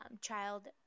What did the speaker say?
child